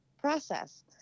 process